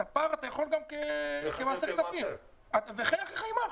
את הפער אתה יכול גם כמעשר כספים וחי אחיך עמך.